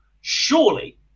Surely